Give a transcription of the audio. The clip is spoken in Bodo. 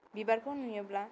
बिबारखौ नुयोब्ला